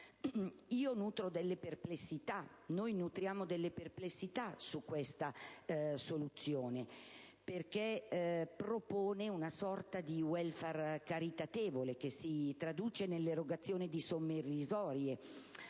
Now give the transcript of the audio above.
sembra essere l'unica. Noi nutriamo delle perplessità su questa soluzione perché propone una sorta di *welfare* caritatevole che si traduce nell'erogazione di somme irrisorie